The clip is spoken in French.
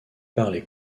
parlait